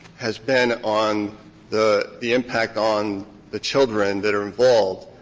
has been on the the impact on the children that are involved.